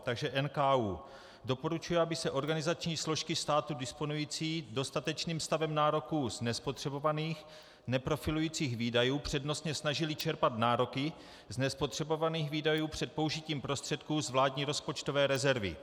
Takže NKÚ doporučuje, aby se organizační složky státu disponující dostatečným stavem nároků z nespotřebovaných, neprofilujících výdajů přednostně snažily čerpat nároky z nespotřebovaných výdajů před použitím prostředků z vládní rozpočtové rezervy.